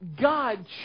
God